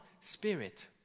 spirit